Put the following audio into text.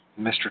Mr